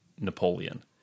Napoleon